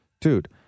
Dude